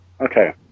Okay